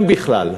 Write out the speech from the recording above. אם בכלל.